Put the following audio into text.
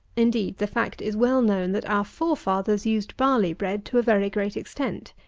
indeed the fact is well known, that our forefathers used barley bread to a very great extent.